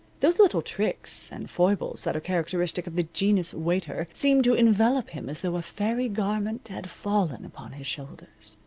those little tricks and foibles that are characteristic of the genus waiter seemed to envelop him as though a fairy garment had fallen upon his shoulders.